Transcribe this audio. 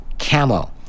camo